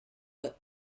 but